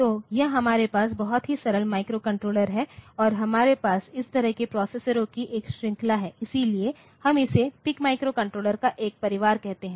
तो यह हमारे पास बहुत ही सरल माइक्रोकंट्रोलर है और हमारे पास इस तरह के प्रोसेसरो की एक श्रृंखला है इसलिए हम इसे PIC माइक्रोकंट्रोलर का एक परिवार कहते हैं